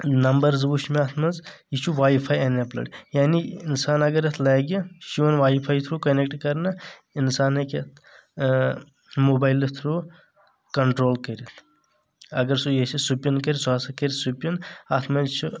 number زٕ وُچھ مےٚ اَتھ منٛز یہِ چھُ واے فَاے ایٚنیبلٕڈ یعنی اِنسان اگر اَتھ لگہِ یہِ چُھ یِوان واے فَاے تھروٗ کنٮ۪کٹہٕ کرنہٕ اِنسان ہیٚکہِ موبایلہٕ تھروٗ کنٹرول کٔرِتھ اگر سُہ یژھہِ سُپَن کرِ سُہ ہسا کرِ سُپِن اتھ منٛز چھِ